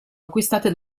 acquistate